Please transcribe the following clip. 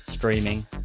streaming